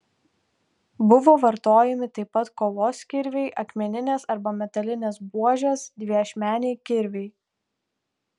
buvo vartojami taip pat kovos kirviai akmeninės arba metalinės buožės dviašmeniai kirviai